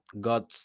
God